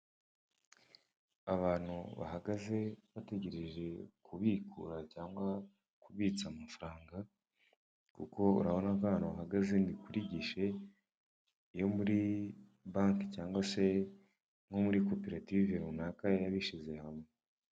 Abantu bahagaze bategereje kubikura cyangwa kubitsa amafaranga, kuko urabona ko ahantu bahagaze ni kuri gishe yo muri banke cyangwa se nko muri koperative runaka y'abishyize hamwe.